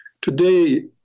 Today